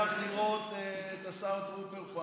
לראות את השר טרופר פה,